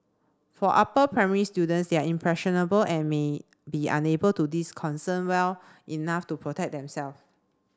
for upper primary students they are impressionable and may be unable to disconcert well enough to protect themselves